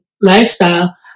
lifestyle